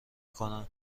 کنم